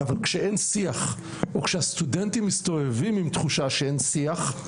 אבל כשאין שיח או כשהסטודנטים מסתובבים עם תחושה שאין שיח,